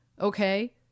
Okay